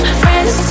friends